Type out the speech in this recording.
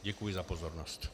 Děkuji za pozornost.